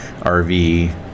rv